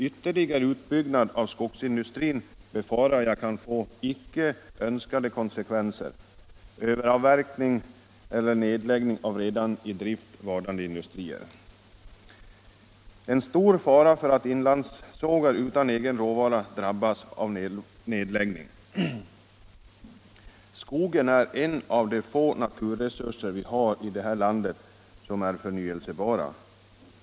Ytterligare utbyggnad av skogsindustrin befarar jag kan få icke önskade konsekvenser — överavverkning eller nedläggning av redan i drift varande industrier. En stor fara är att inlandssågar utan egen råvara drabbas av nedläggningar. Skogen är en av de få naturresurser vi har i det här landet som är förnyelsebara.